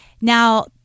Now